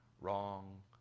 wrong